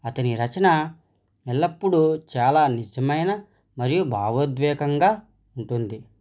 అతని రచన ఎల్లప్పుడూ చాలా నిజమైన మరియు భావోద్వేగంగా ఉంటుంది